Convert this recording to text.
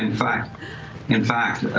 in fact, in fact,